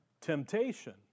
temptation